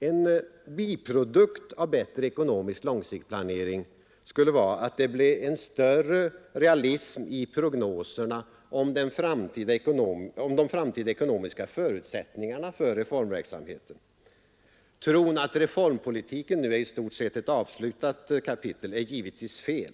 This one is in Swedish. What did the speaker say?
En biprodukt av en bättre ekonomisk långsiktsplanering skulle vara att det blev en större realism i prognoserna om de framtida ekonomiska förutsättningarna för reformverksamheten. Tron att reformpolitiken i stort sett är ett avslutat kapitel är givetvis fel.